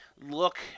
look